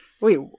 Wait